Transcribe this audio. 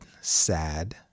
sad